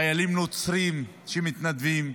חיילים נוצרים שמתנדבים,